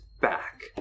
back